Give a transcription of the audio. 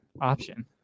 option